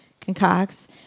concocts